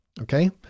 okay